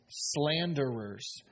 slanderers